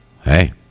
hey